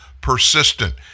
persistent